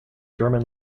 german